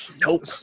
Nope